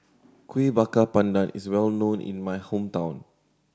Kueh Bakar Pandan is well known in my hometown